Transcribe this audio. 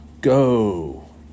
Go